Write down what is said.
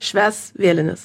švęs vėlines